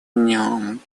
нем